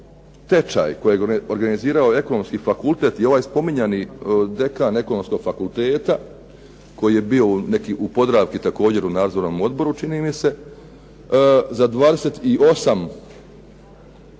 tečaj kojeg je organizirao Ekonomski fakultet i ovaj spominjani dekan Ekonomskog fakulteta koji je bio neki u "Podravki" također u Nadzornom odboru, čini mi se, za 28